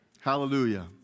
Hallelujah